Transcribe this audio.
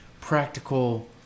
practical